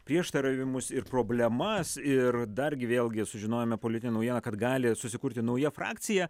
prieštaravimus ir problemas ir dargi vėlgi sužinojome politinę naujieną kad gali susikurti nauja frakcija